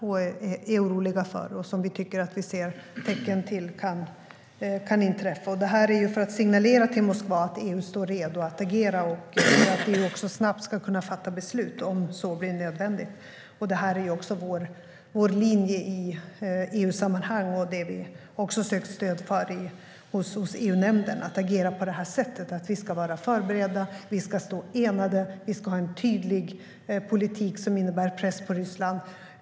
Vi är oroliga, och vi tycker oss se tecken på att en eskalering kan inträffa. Det är för att signalera till Moskva att EU står redo att agera och snabbt fatta beslut om så blir nödvändigt. Det är också vår linje i EU-sammanhang, och vi har sökt stöd hos EU-nämnden för att kunna agera på det sättet. Vi ska vara förberedda, stå enade och ha en tydlig politik som innebär press på Ryssland.